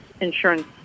insurance